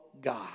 God